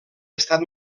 estat